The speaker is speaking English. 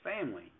family